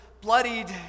bloodied